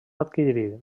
adquirir